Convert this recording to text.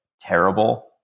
terrible